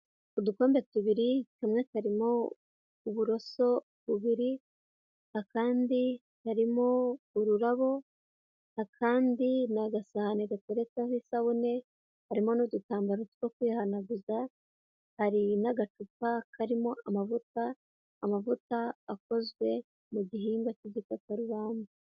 Udukombe tubiri, kamwe karimo uburoso bubiri, akandi harimo ururabo akandi ni agasahani gateretseho isabune, harimo n'udutambaro two kwihanaguza, hari n'agacupa karimo amavuta, amavuta akozwe mu gihimba k'igikakarubamba.